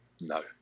No